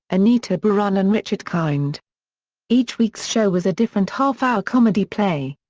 anita barone and richard kind each week's show was a different half-hour comedy play.